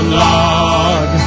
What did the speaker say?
log